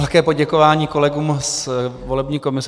Velké poděkování kolegům z volební komise.